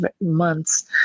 months